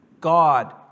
God